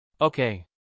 Okay